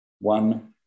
one